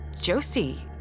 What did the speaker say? Josie